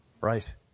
Right